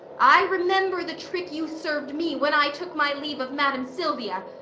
i remember the trick you serv'd me when i took my leave of madam silvia.